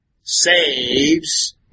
saves